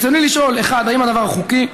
רצוני לשאול: 1. האם הדבר חוקי?